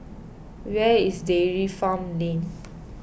where is Dairy Farm Lane